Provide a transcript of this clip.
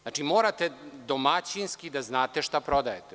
Znači, morate domaćinski da znate šta prodajte.